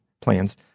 plans